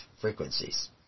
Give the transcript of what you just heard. frequencies